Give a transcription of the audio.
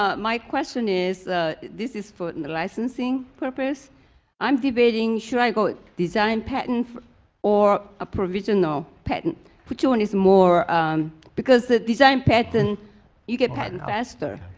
ah my question is this is for and the licensing purpose i'm debating should i go design patent or a provisional patent which one is more because the design pattern you get patent faster